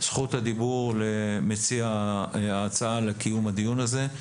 זכות הדיבור למציע ההצעה לקיום הדיון הזה,